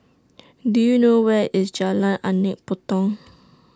Do YOU know Where IS Jalan Anak Patong